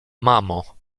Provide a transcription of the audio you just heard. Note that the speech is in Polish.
mamo